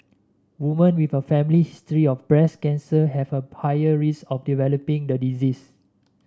women with a family history of breast cancer have a higher risk of developing the disease